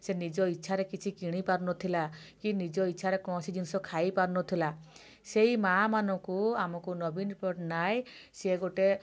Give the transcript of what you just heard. ସେ ନିଜ ଇଚ୍ଛାରେ କିଛି କିଣି ପାରୁନଥିଲା କି ନିଜ ଇଚ୍ଛାରେ କୌଣସି ଜିନିଷ ଖାଇ ପାରୁନଥିଲା ସେଇ ମାଁ ମାନଙ୍କୁ ଆମକୁ ନବୀନ ପଟ୍ଟନାୟକ ସିଏ ଗୋଟେ